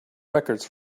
records